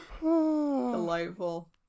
Delightful